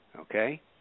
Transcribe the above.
okay